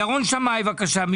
ירון שמאי, בבקשה.